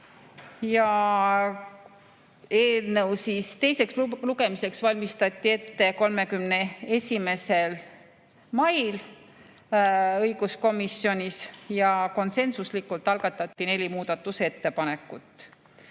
valmistati teiseks lugemiseks ette 31. mail õiguskomisjonis ja konsensuslikult algatati neli muudatusettepanekut.